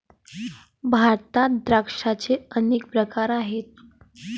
भारतात द्राक्षांचे अनेक प्रकार आहेत